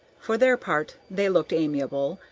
for their part they looked amiable,